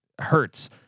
hurts